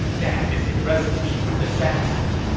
that is a recipe for disaster.